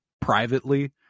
privately